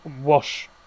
wash